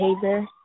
behavior